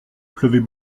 pleuvait